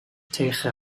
tegen